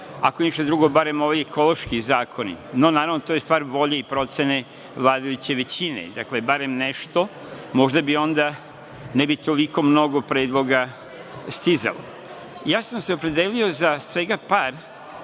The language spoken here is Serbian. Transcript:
ako ništa drugo, barem ovi ekološki zakoni, no, naravno, to je stvar volje i procene vladajuće većine. Dakle, barem nešto, možda bi onda, ne bi toliko mnogo predloga stizalo. Ja sam se opredelio za svega par